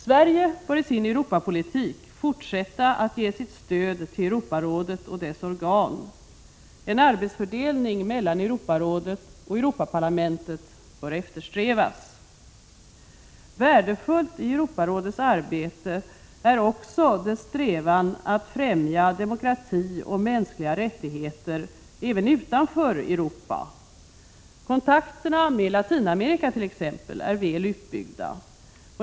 Sverige bör i sin Europapolitik fortsätta att ge sitt stöd till Europarådet och dess organ. En arbetsfördelning mellan Europarådet och Europaparlamentet bör eftersträvas. Värdefullt i Europarådets arbete är också dess strävan att främja demokrati och mänskliga rättigheter även utanför Europa. Kontakterna med Latinamerika t.ex. är väl utbyggda.